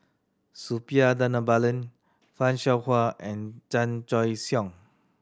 Suppiah Dhanabalan Fan Shao Hua and Chan Choy Siong